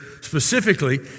specifically